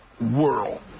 world